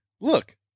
look